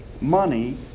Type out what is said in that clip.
Money